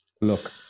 Look